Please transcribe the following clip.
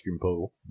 pool